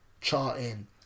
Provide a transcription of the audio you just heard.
charting